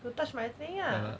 to touch my thing ah